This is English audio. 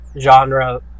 genre